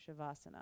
Shavasana